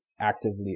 actively